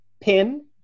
pin